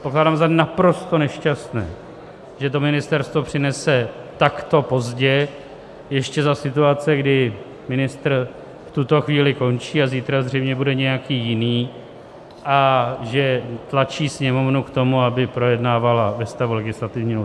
Pokládám za naprosto nešťastné, že to ministerstvo přinese takto pozdě, ještě za situace, kdy ministr v tuto chvíli končí a zítra zřejmě bude nějaký jiný, a že tlačí Sněmovnu k tomu, aby projednávala ve stavu legislativní nouze.